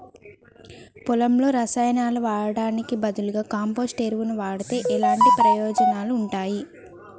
పొలంలో రసాయనాలు వాడటానికి బదులుగా కంపోస్ట్ ఎరువును వాడితే ఎలాంటి ప్రయోజనాలు ఉంటాయి?